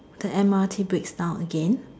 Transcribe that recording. the M_R_T breaks down again